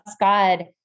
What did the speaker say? God